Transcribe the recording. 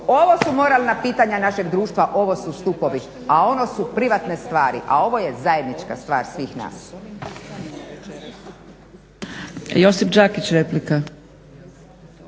Ovo su moralna pitanja našeg društva, ovo su stupovi a ono su privatne stvari a ovo je zajednička stvar svih nas.